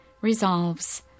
resolves